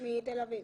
הראל: מתל אביב.